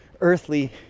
earthly